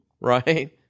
right